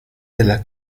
della